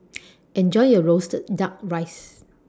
Enjoy your Roasted Duck Rice